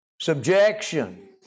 Subjection